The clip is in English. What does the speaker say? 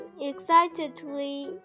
Excitedly